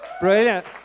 Brilliant